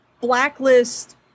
blacklist